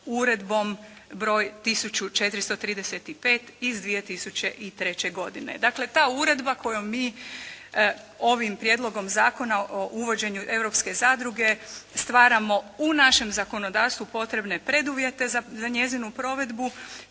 Uredbom broj 1435 iz 2003. godine. Dakle ta Uredba kojom mi ovim Prijedlogom zakona o uvođenju europske zadruge stvaramo u našem zakonodavstvu potrebne preduvjete za njezinu provedbu